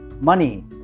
money